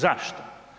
Zašto?